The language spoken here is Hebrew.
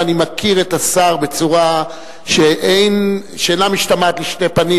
ואני מכיר את השר בצורה שאינה משתמעת לשתי פנים,